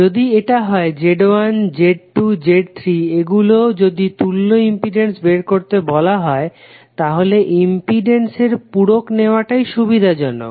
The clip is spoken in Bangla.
যদি এটা হয় Z1 Z2 Z3 এগুলর যদি তুল্য ইম্পিডেন্স বের করতে বলা হয় তাহলে ইম্পিডেন্স এর পূরক নেওয়াটাই সুবিধাজনক